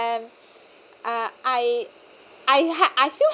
am uh I I I still